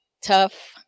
tough